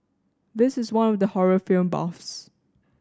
this is one for the horror film buffs